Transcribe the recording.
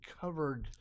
covered